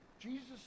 Jesus